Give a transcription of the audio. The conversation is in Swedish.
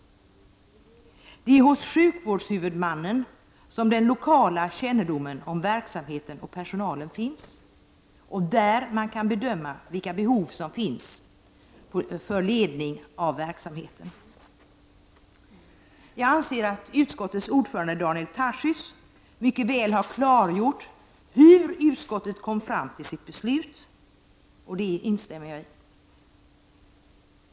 Det är hos sjukvårdshuvudmannen som den lokala kännedomen om verksamheten och personalen finns, och det är där man kan bedöma vilka behov som finns när det gäller ledning av verksamheten. Jag anser att utskottets ordförande Daniel Tarschys mycket väl har klargjort hur utskottet kom fram till sitt beslut; det instämmer jag i.